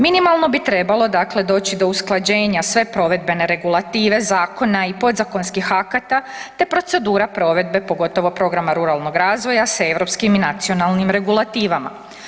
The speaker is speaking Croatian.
Minimalno bi trebalo dakle doći do usklađenja sve provedbene regulative, zakona i podzakonskih akata te procedura provedbe, pogotovo Programa ruralnog razvoja s europskih i nacionalnim regulativama.